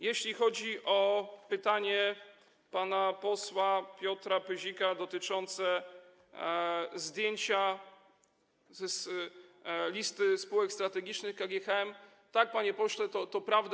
Jeśli chodzi o pytanie pana posła Piotra Pyzika dotyczące zdjęcia z listy spółek strategicznych KGHM, tak, panie pośle, to prawda.